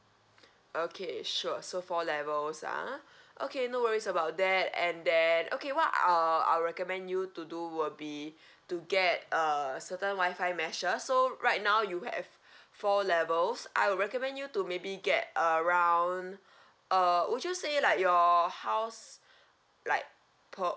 okay sure so four levels ah okay no worries about that and that okay what are I'll recommend you to do will be to get uh certain wifi meshes so right now you have four levels I will recommend you to maybe get around uh would you say like your house like per